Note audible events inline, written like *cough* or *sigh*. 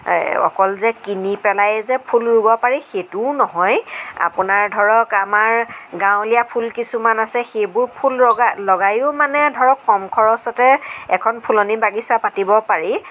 *unintelligible* অকল যে কিনি পেলাইয়ে যে ফুল ৰুব পাৰি সেইটোও নহয় আপোনাৰ ধৰক আমাৰ গাঁৱলীয়া ফুল কিছুমান আছে সেইবোৰ ফুল লগা লগাইয়ো মানে ধৰক কম খৰচতে এখন ফুলনি বাগিচা পাতিব পাৰি